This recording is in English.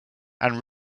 and